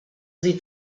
sie